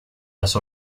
las